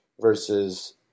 versus